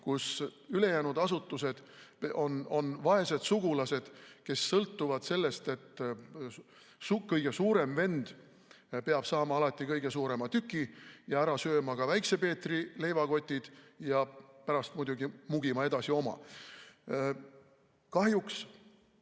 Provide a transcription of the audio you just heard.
ja ülejäänud asutused on vaesed sugulased, kes sõltuvad sellest, et kõige suurem vend peab saama alati kõige suurema tüki ja tühjaks sööma ka Väikese Peetri leivakotid ja pärast muidugi mugima edasi oma. Kahjuks,